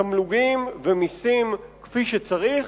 תמלוגים ומסים כפי שצריך,